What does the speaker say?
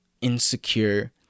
insecure